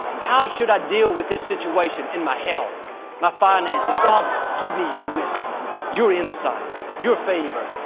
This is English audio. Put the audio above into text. how should i deal with this situation in my health my finances god give me your wisdom your insight your favor.